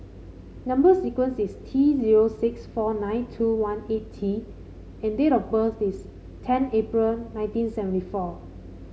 number sequence is T zero six four nine two one eight T and date of birth is ten April nineteen seventy four